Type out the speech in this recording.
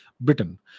Britain